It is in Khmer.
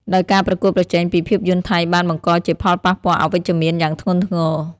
ដោយការប្រកួតប្រជែងពីភាពយន្តថៃបានបង្កជាផលប៉ះពាល់អវិជ្ជមានយ៉ាងធ្ងន់ធ្ងរ។